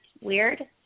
weird